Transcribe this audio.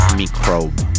microbe